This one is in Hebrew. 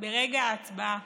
ברגע ההצבעה